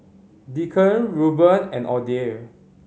Deacon Rueben and Audie